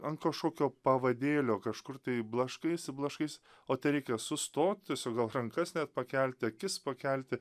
ant kažkokio pavadėlio kažkur tai blaškaisi blaškais o tereikia sustot tiesiog gal rankas net pakelti akis pakelti